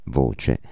voce